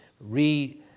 re